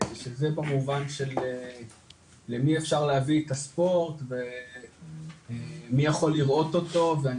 שזה במובן של למי אפשר להביא את הספורט ומי יכול לראות אותו ואני